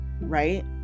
Right